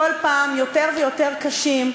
כל פעם יותר ויותר קשים,